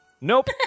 Nope